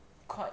quite